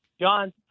John